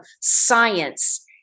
science